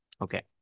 Okay